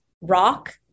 rock